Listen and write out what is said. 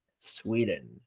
Sweden